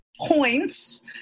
points